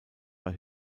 bei